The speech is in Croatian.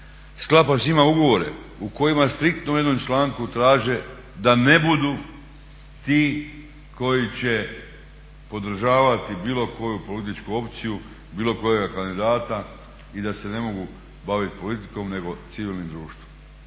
sklapa s njima ugovore u kojima striktno u jednom članku traže da ne budu ti koji će podržavati bilo koju političku opciju, bilo kojega kandidata i da se ne mogu baviti politikom, nego civilnim društvom.